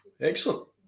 Excellent